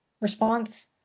response